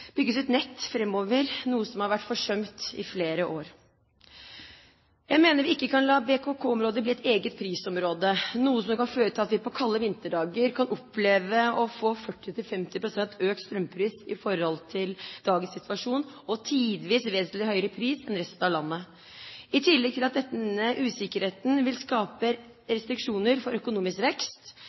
bygges ut nett framover, noe som har vært forsømt i flere år. Jeg mener vi ikke kan la BKK-området bli et eget prisområde, noe som kan føre til at vi på kalde vinterdager kan oppleve å få 40–50 pst. økt strømpris i forhold til dagens situasjon og tidvis en vesentlig høyere pris enn resten av landet. I tillegg til at denne usikkerheten vil skape restriksjoner for økonomisk vekst